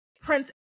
Prince